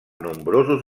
nombrosos